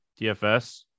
DFS